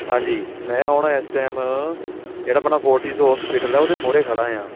ਹਾਂਜੀ ਮੈਂ ਹੁਣ ਇਸ ਟਾਈਮ ਜਿਹੜਾ ਆਪਣਾ ਫੋਰਟੀਸ ਹੋਸਪੀਟਲ ਹੈ ਉਹਦੇ ਮੂਹਰੇ ਖੜ੍ਹਾ ਹਾਂ